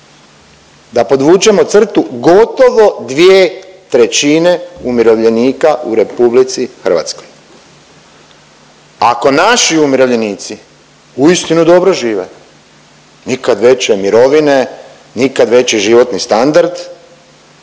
Da podvučemo crtu, gotovo 2/3 umirovljenika u RH. Ako naši umirovljenici uistinu dobro žive, nikad veće mirovine, nikad veći životni standard,